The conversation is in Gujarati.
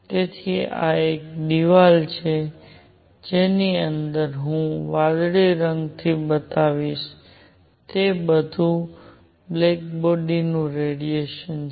તેથી આ એક દિવાલ છે જેની અંદર હું વાદળી રંગથી બતાવીશ તે બધું બ્લેક બોડી નું રેડિયેશન છે